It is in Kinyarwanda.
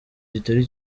kitari